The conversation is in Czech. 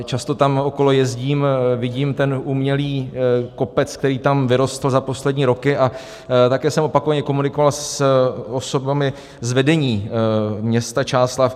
Často tam okolo jezdím, vidím ten umělý kopec, který tam vyrostl za poslední roky, a také jsem opakovaně komunikoval s osobami z vedení města Čáslav.